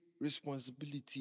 responsibility